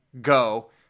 go